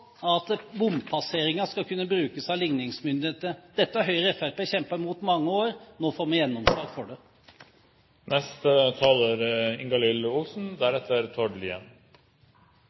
om bompasseringer skal kunne brukes av likningsmyndighetene. Dette har Høyre og Fremskrittspartiet kjempet mot i mange år. Nå får vi gjennomslag for